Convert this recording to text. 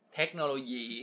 technology